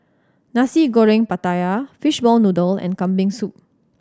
Nasi Goreng Pattaya Fishball Noodle and Kambing Soup